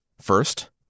first